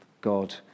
God